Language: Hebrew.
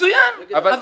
אבל --- מצוין,